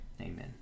Amen